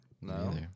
No